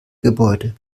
gebäude